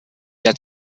der